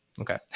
okay